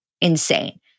insane